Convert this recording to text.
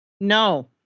no